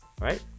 right